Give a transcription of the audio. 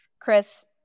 Chris